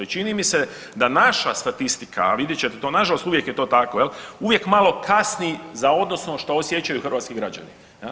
I čini mi se da naša statistika, a vidjet ćete, nažalost uvijek je to tako jel, uvijek malo kasni za odnosno što osjećaju hrvatski građani.